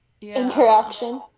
interaction